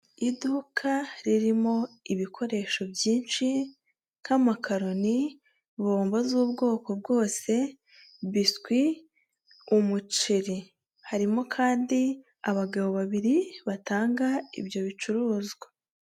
Iduka ririmo ibikoresho byinshi, nk'amakaroni, bombo z'ubwoko bwose, biswi, umuceri. Harimo kandi abagabo babiri batanga ibyo bicuruzwa.